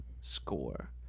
score